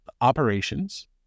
operations